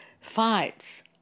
fights